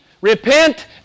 Repent